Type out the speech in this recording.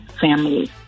families